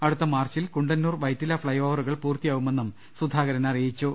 അടുത്ത മാർച്ചിൽ കുണ്ടന്നൂർ വൈറ്റില ഫ്ളൈ ഓവറുകൾ പൂർത്തിയാവുമെന്നും സുധാക രൻ അറിയിച്ചു